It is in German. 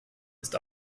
ist